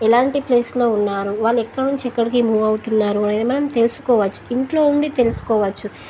ఎలాంటి ప్లేస్లో ఉన్నారు వాళ్ళు ఎక్కడ నుంచి ఎక్కడికి మూవ్ అవుతున్నారు అనేది మనం తెలుసుకోవచ్చు ఇంట్లో ఉండి తెలుసుకోవచ్చు